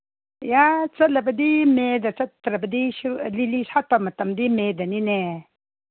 ꯌꯥꯏ ꯆꯠꯂꯕꯗꯤ ꯃꯦꯗ ꯆꯠꯇ꯭ꯔꯕꯗꯤꯁꯨ ꯂꯤꯂꯤ ꯁꯥꯠꯄ ꯃꯇꯝꯗꯤ ꯃꯦꯗꯅꯤꯅꯦ